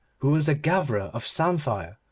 who was a gatherer of samphire,